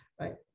Right